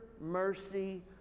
mercy